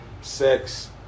sex